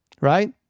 right